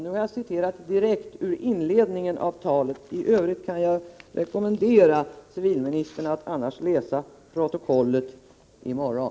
Nu har jag citerat direkt ur mitt inledningsanförande. I övrigt kan jag rekommendera civilministern att läsa protokollet i morgon.